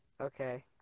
Okay